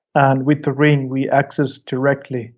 and with the ring, we access directly